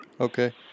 Okay